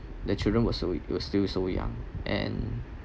the children were so it were still so young and